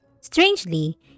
Strangely